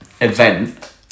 event